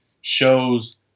shows